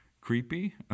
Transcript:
creepy